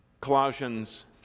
Colossians